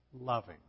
loving